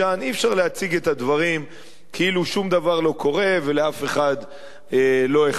אי-אפשר להציג את הדברים כאילו שום דבר לא קורה ולאף אחד לא אכפת.